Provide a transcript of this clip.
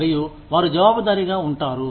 మరియు వారు జవాబుదారిగా ఉంటారు